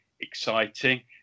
exciting